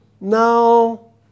No